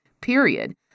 period